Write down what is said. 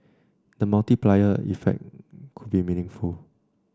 the multiplier impact could be meaningful